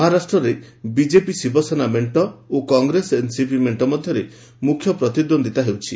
ମହାରାଷ୍ଟ୍ରରେ ବିଜେପି ଶିବସେନା ମେଣ୍ଟ ଓ କଂଗ୍ରେସ ଏନ୍ସିପି ମେଖ୍କ ମଧ୍ୟରେ ମୁଖ୍ୟ ପ୍ରତିଦ୍ୱନ୍ଦିତା ହେଉଛି